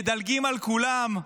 מדלגים על כולם,